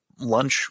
Lunch